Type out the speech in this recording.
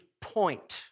point